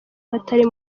batari